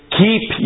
keep